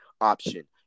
option